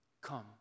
Come